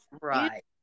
right